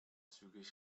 zügig